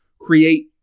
create